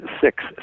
six